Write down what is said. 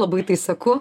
labai tai seku